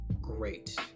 great